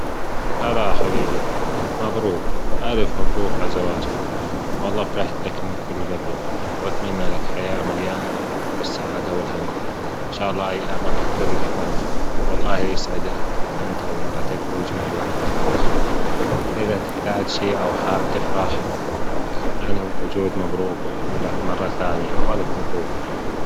هلا حبيبى مبروك ألف مبروك على ألزواج والله فرحتلك من كل جلبى وأتمنى لك حياة مليانة بالسعادة وألهنا أن شاء الله أيامك كلها مليانة فرح والله يسعدك أنت ومرتك ويجمع بيناتكم علي خير أذا تحتاج شئ أو حابب تفرح أنا موجود مبروك لك مرة تانية والف مبروك